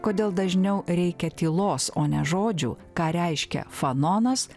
kodėl dažniau reikia tylos o ne žodžių ką reiškia fanonas